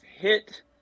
Hit